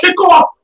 kickoff